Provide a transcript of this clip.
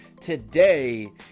Today